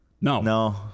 No